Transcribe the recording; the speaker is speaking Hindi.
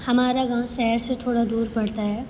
हमारा गाँव शहर से थोड़ा दूर पड़ता है